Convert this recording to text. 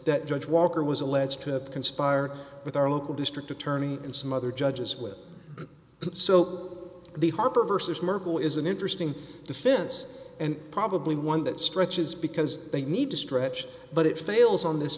that judge walker was alleged to have conspired with our local district attorney and some other judges with so the harper versus merkel is an interesting defense and probably one that stretches because they need to stretch but it fails on this